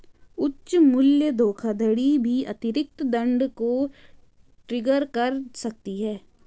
उच्च मूल्य धोखाधड़ी भी अतिरिक्त दंड को ट्रिगर कर सकती है